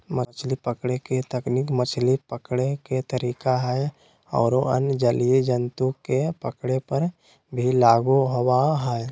मछली पकड़े के तकनीक मछली पकड़े के तरीका हई आरो अन्य जलीय जंतु के पकड़े पर भी लागू होवअ हई